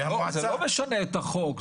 זה לא משנה את החוק.